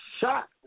shot